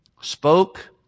spoke